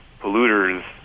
polluters